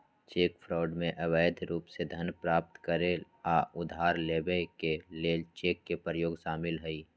cheque fraud में अवैध रूप से धन प्राप्त करे आऽ उधार लेबऐ के लेल चेक के प्रयोग शामिल हइ